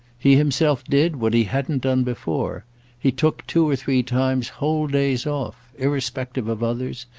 he himself did what he hadn't done before he took two or three times whole days off irrespective of others,